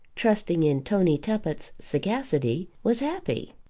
trusting in tony tuppett's sagacity, was happy.